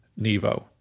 nevo